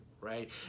right